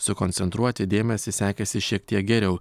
sukoncentruoti dėmesį sekėsi šiek tiek geriau